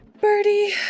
Birdie